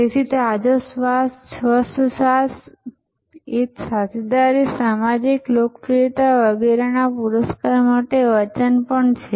તેથી તાજો શ્વાસ સ્વચ્છ શ્વાસ એ સાથીદારી સામાજિક લોકપ્રિયતા વગેરેના પુરસ્કાર માટેનું વચન પણ છે